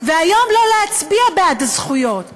ולא להצביע בעד הזכויות היום?